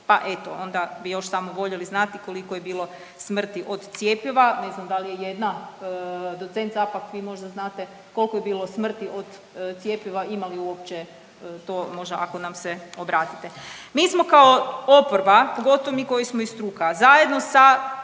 pa eto onda bi još samo voljeli znati koliko je bilo smrti od cjepiva, ne znam da li je jedna, docent Capak vi možda znate kolko je bilo smrti od cjepiva, ima li uopće to možda ako nam se obratite? Mi smo kao oporba, pogotovo mi koji smo i struka, zajedno sa